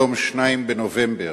היום, 2 בנובמבר,